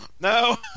No